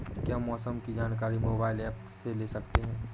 क्या मौसम की जानकारी मोबाइल ऐप से ले सकते हैं?